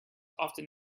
often